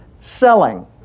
selling